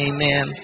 Amen